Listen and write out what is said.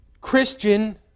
Christian